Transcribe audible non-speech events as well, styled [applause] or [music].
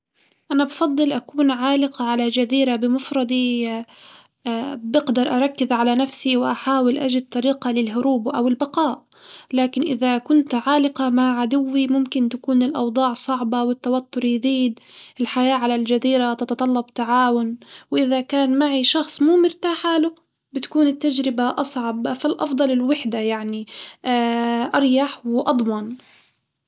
أنا بفضل أكون عالق على جزيرة بمفردي، [hesitation] بقدر أركز على نفسي وأحاول أجد طريقة للهروب أو البقاء، لكن إذا كنت عالقة مع عدوي ممكن تكون الأوضاع صعبة والتوتر يزيد، الحياة على الجزيرة تتطلب تعاون وإذا كان معي شخص مو مرتاحاله بتكون التجربة أصعب، فالأفضل الوحدة يعني [hesitation] أريح وأضمن.